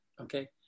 okay